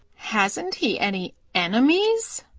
hasn't he any enemies?